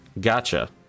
Gotcha